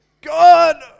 God